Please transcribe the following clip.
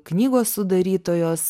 knygos sudarytojos